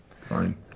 fine